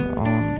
on